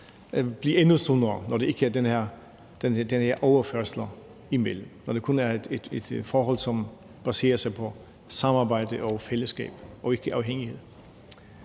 blive endnu sundere, altså når der ikke er de her overførsler imellem os; når det er et forhold, som baserer sig på samarbejde og fællesskab og ikke på afhængighed.